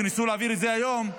שניסו להעביר את זה היום,